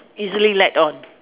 easily led on